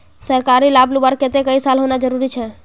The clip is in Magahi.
सरकारी लाभ लुबार केते कई साल होना जरूरी छे?